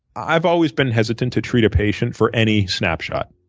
i've always been hesitant to treat a patient for any snapshot,